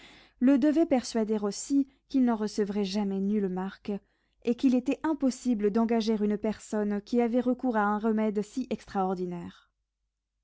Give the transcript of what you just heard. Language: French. le devait persuader aussi qu'il n'en recevrait jamais nulle marque et qu'il était impossible d'engager une personne qui avait recours à un remède si extraordinaire